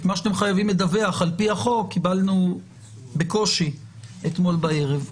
את מה שאתם חייבים לדווח על פי החוק קיבלנו בקושי אתמול בערב.